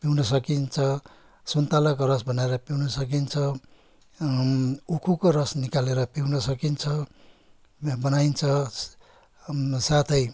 पिउन सकिन्छ सुन्तलाको रस बनाएर पिउन सकिन्छ उखुको रस निकालेर पिउन सकिन्छ बनाइन्छ साथै